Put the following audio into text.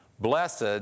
Blessed